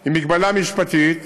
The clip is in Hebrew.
היא מגבלה משפטית,